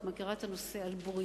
את מכירה את הנושא על בוריו.